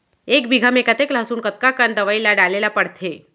एक बीघा में कतेक लहसुन कतका कन दवई ल डाले ल पड़थे?